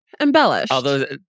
Embellished